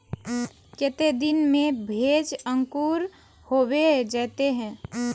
केते दिन में भेज अंकूर होबे जयते है?